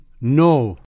No